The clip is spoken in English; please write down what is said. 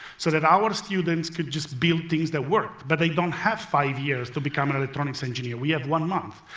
so that our students could just build things that worked, but they don't have five years to become an electronics engineer. we have one month.